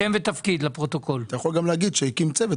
אתה יכול להגיד גם שהקימו צוות,